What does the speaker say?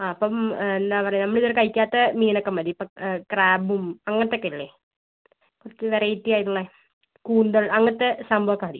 ആ അപ്പം എന്താണ് പറയുക നമ്മൾ ഇത് വരെ കഴിക്കാത്ത മീൻ ഒക്കെ മതി ഇപ്പോൾ ക്രാബും അങ്ങനത്തെ ഒക്കെ ഇല്ലേ കുറച്ച് വെറൈറ്റി ആയിട്ട് ഉള്ള കൂന്തൾ അങ്ങനത്തെ സംഭവം ഒക്കെ മതി